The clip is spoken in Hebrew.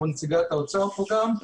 נציגת אוצר פה גם,